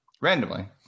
Randomly